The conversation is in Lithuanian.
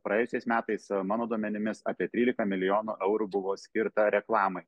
praėjusiais metais mano duomenimis apie trylika milijonų eurų buvo skirta reklamai